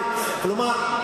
כלומר,